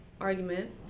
argument